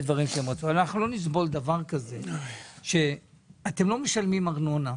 לא נסבול דבר כזה שאתם לא משלמים ארנונה,